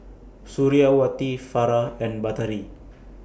Suriawati Farah and Batari